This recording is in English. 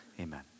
Amen